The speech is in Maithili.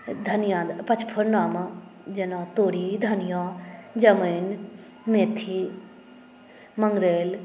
धनिया दऽ पचफ़ोरनामे जेना तोरी धनिया जमाइन मेथी मंगरैल